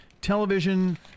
television